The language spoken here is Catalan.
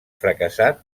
fracassat